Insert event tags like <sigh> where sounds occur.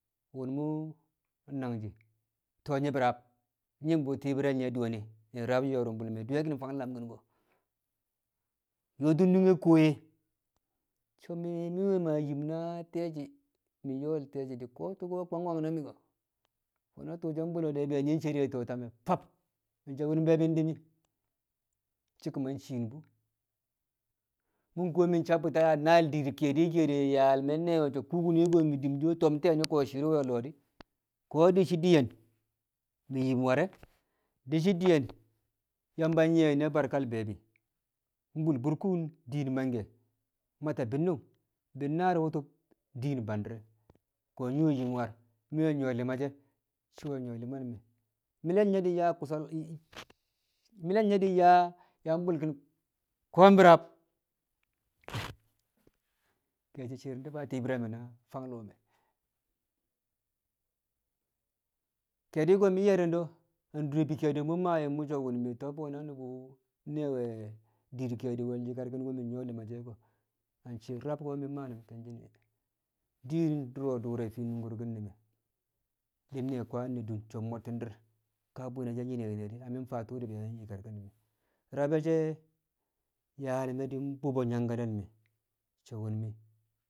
Wo̱m mu̱ nangji̱ to̱ nyi̱ bi̱raab, nyi̱m bṵ ti̱i̱bi̱r re̱ nye̱ di̱ we̱ ni̱ ni̱bi̱ rab yo̱o̱rṵmbṵl me̱, di̱ we̱ ki̱n faam lamki̱n ko? ƴoo̱ti̱n nunge kuwo ye̱ so̱ mi mmaa nyim na te̱e̱shi, mi̱ yo̱o̱l te̱e̱shi̱ tṵko̱ kwang kwang na mi̱? Fo̱no̱ tṵṵ bṵllo̱ di̱ be̱ nyi̱ cere to̱o̱ tame fam mi̱ so̱ wo̱m be̱bbi̱n di̱ mi̱ shi̱ kuma ciɨ bu̱ mu̱ kuwo mi̱ sabbṵti naal dir ke̱e̱dṵ wero yaal me̱ nyi̱ye̱ we̱, kubine ke̱ro mi dṵm sho̱ to̱m nte̱e̱ keeshi shi̱i̱r wu̱ a̱ lo̱o̱ di̱ ko̱ di̱ di̱ye̱n mi̱ yim wa̱re̱, di̱ shi̱ di̱ye̱n Yamba nyi̱ye̱ nyi̱ne̱ barka be̱e̱bi̱ bul burkuun di̱n mangke. mwata bi̱nu̱ng bi̱nnaar wṵtṵb din bandi̱re̱ ko̱ nyi war, nyi̱ nyṵwo̱ li̱ma̱ she̱, shi̱ nwe̱ nyṵwo̱l me̱. Mi̱le̱ ye nyaa kusa <unintelligible> mi̱le̱ yang yang bulkin koom bi̱raab ke̱e̱shi̱ di ti̱i̱bi̱r re̱ me̱ na fang lo̱o̱ me. Kẹe̱du̱ mi̱ ye̱rni̱n ḏo a dure bi̱ ke̱ẹdu̱ mu̱ maa ƴu̱ do̱ mu̱ so̱ to̱m we̱ na nu̱bu̱ ne̱we̱ dir ke̱e̱di̱ we̱l yi̱karki̱n wu̱ mi̱ nyu̱wo̱ li̱ma she̱ ko̱ adure shi̱i̱r rab ko̱ mi̱ maanu̱n ke̱nshi̱ne̱, din du̱ro̱ dur re̱ fii nu̱ngku̱rḵi̱n ne̱ me̱ di̱ nne̱ kwaan ne̱ dum so̱ mo̱tti̱n dir ka bu̱ne̱ nyine nyine di̱ na mi̱ faa tu̱u̱ di̱ yang yi̱karke̱l me̱, rab e̱ she̱ yaal me̱ di bu̱bo̱ nangkale̱l me̱ so̱ wo̱m mu̱